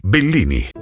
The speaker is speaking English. Bellini